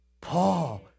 Paul